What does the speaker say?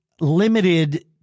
limited